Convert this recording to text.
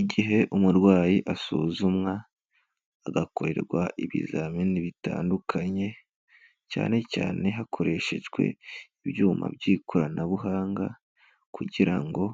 Igihe umurwayi asuzumwa, agakorerwa ibizamini bitandukanye, cyane cyane hakoreshejwe ibyuma by'ikoranabuhanga kugira ngo